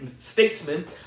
statesman